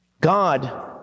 God